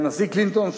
הנשיא קלינטון,